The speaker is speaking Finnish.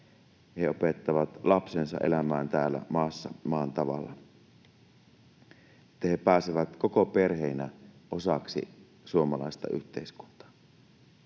he opettavat lapsensa elämään täällä maassa maan tavalla, että he pääsevät koko perheinä osaksi suomalaista yhteiskuntaa.